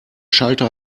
schalter